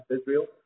Israel